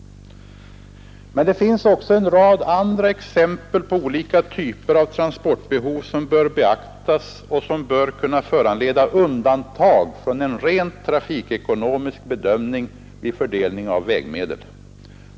Men det finns också en rad andra exempel på olika typer av transportbehov som bör beaktas och som bör kunna föranleda undantag från en rent trafikekonomisk bedömning vid fördelning av vägmedel.